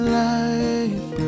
life